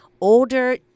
older